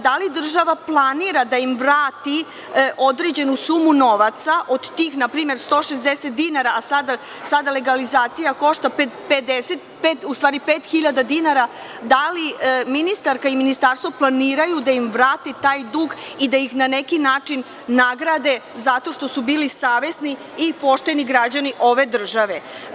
Da li država planira da im vrati određenu sumu novca od tih npr. 160.000 dinara, a sada legalizacija košta 5.000 dinara, da li ministarka i Ministarstvo planiraju da im vrate taj dug i da ih na neki način nagrade zato što su bili savesni i pošteni građani ove države?